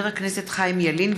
מאת חברי הכנסת חיים ילין,